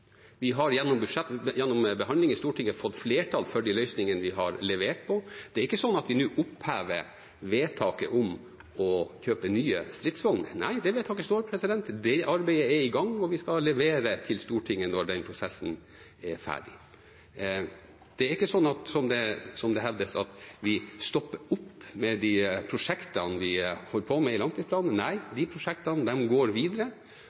Vi har gjennom behandling i Stortinget fått flertall for de løsningene vi har levert på. Det er ikke sånn at vi nå opphever vedtaket om å kjøpe nye stridsvogner. Nei, det vedtaket står, det arbeidet er i gang, og vi skal levere til Stortinget når den prosessen er ferdig. Det er ikke sånn som det hevdes, at vi stopper opp med de prosjektene i langtidsplanen vi holder på med. Nei, de prosjektene går videre.